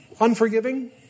unforgiving